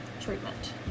treatment